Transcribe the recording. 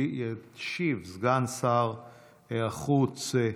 ישיב סגן שר החוץ,